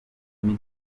ikaza